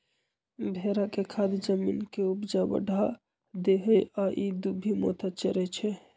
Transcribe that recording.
भेड़ा के खाद जमीन के ऊपजा बढ़ा देहइ आ इ दुभि मोथा चरै छइ